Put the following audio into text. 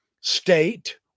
state